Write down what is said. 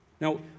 Now